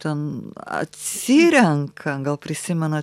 ten atsirenka gal prisimena